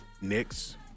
Knicks